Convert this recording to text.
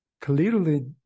clearly